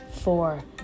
four